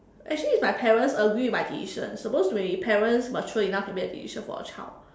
actually if my parents agree with my decision supposed to be parents must sure enough to make a decision for a child